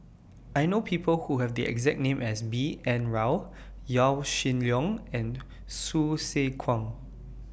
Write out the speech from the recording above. I know People Who Have The exact name as B N Rao Yaw Shin Leong and Hsu Tse Kwang